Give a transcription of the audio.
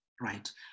right